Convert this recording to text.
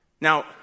Now